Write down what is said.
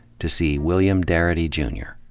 to see william darity, jr.